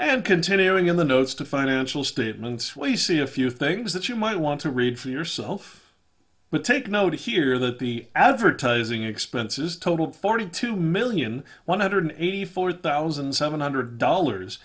and continuing in the notes to financial statements we see a few things that you might want to read for yourself but take note here that the advertising expenses totaled forty two million one hundred eighty four thousand seven hundred dollars